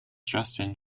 justin